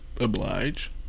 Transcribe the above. oblige